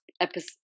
episode